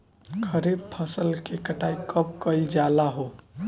खरिफ फासल के कटाई कब कइल जाला हो?